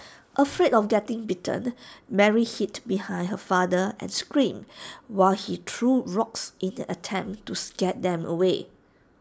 afraid of getting bitten Mary hid behind her father and screamed while he threw rocks in an attempt to scare them away